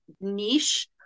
niche